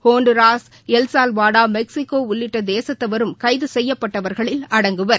Honduras El Salvador மெக்ஸிகோஉள்ளிட்டதேசத்தவரும் கைதுசெய்யப்பட்டவர்களில் அடங்குவர்